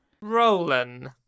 Roland